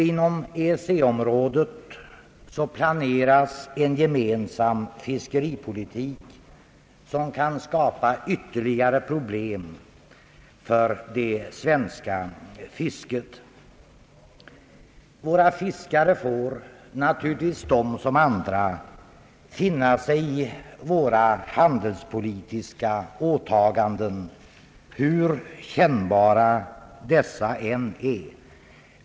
Inom EEC-området planeras en gemensam fiskeripolitik, som kan skapa ytterligare problem för det svenska fisket. Våra fiskare får naturligtvis, de som andra, finna sig i våra handelspolitiska åtaganden, hur kännbara dessa än är.